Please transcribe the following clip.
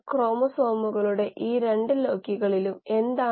shear stress എന്താണ്